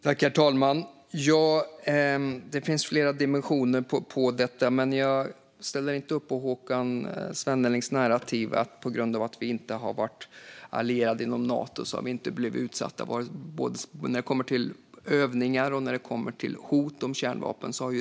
Herr talman! Detta har flera dimensioner, men jag ställer inte upp på Håkan Svennelings narrativ att Sverige på grund av att vi inte varit allierade inom Nato inte utsatts för hot om kärnvapen eller kärnvapenövningar.